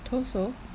头手